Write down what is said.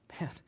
Man